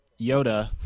Yoda